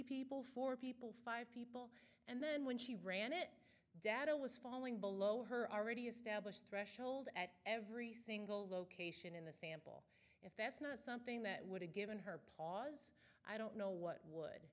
people four people five people and then when she ran it data was falling below her already established threshold at every single location in the sample if that's not something that would have given her pause i don't know what would